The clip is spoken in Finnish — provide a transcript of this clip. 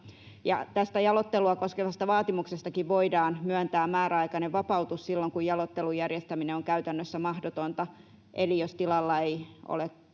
tästä jaloittelua koskevasta vaatimuksestakin voidaan myöntää määräaikainen vapautus silloin, kun jaloittelun järjestäminen on käytännössä mahdotonta, eli jos tilalla ei ole